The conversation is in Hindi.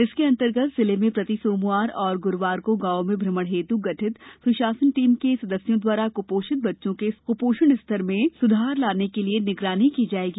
इसके अन्तर्गत जिले में प्रति सोमवार एवं ग्रूवार को गांवों में भ्रमण हेत् गठित स्शासन टीम के सदस्यों द्वारा क्पोषित बच्चों के कुपोषण स्तर में स्धार लाने हेत् निगरानी की जाएगी